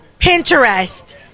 Pinterest